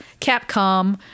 Capcom